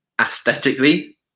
aesthetically